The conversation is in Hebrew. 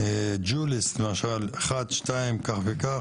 ג'וליס למשל, 1,2, כך וכך.